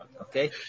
Okay